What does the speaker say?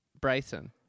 Bryson